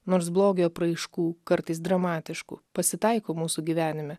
nors blogio apraiškų kartais dramatiškų pasitaiko mūsų gyvenime